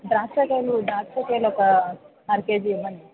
ద్రాక్షా కాయలు దానిమ్మ కాయలొక అర కేజీ ఇవ్వండి